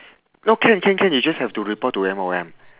no can can can you just have to report to M_O_M